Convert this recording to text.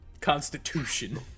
Constitution